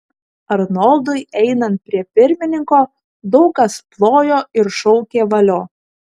arnoldui einant prie pirmininko daug kas plojo ir šaukė valio